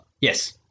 Yes